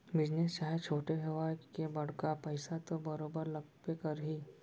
business चाहे छोटे होवय के बड़का पइसा तो बरोबर लगबे करही